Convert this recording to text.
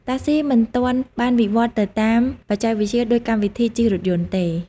តាក់ស៊ីមិនទាន់បានវិវត្តទៅតាមបច្ចេកវិទ្យាដូចកម្មវិធីជិះរថយន្តទេ។